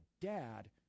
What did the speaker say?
dad